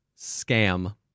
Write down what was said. scam